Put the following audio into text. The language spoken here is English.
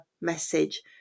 message